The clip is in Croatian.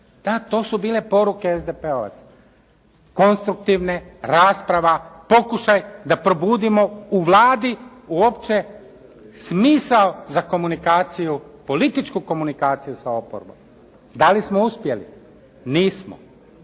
Da, to su bile poruke SDP-ovaca. Konstruktivne, rasprava, pokušaj da probudimo u Vladi uopće smisao za komunikaciju, političku komunikaciju sa oporbom. Da li smo uspjeli? Nismo.